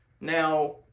Now